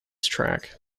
track